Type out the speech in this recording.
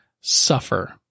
suffer